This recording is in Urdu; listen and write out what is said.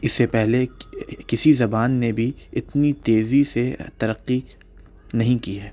اس سے پہلے کسی زبان نے بھی اتنی تیزی سے ترقی نہیں کی ہے